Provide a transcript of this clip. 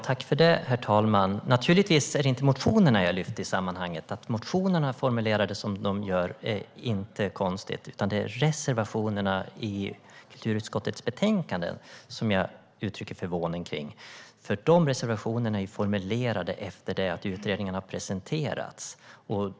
Herr talman! Naturligtvis är det inte motionerna jag lyfte i sammanhanget. Att motionerna formulerades som de gjorde är inte konstigt. Det är reservationerna i kulturutskottets betänkande som jag uttrycker förvåning kring. För de reservationerna är formulerade efter det att utredningen har presenterats.